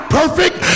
perfect